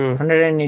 180